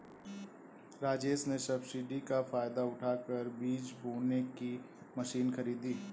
राजेश ने सब्सिडी का फायदा उठाकर बीज बोने की मशीन खरीदी